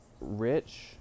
rich